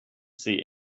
see